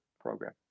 program